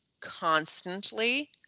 constantly